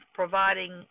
providing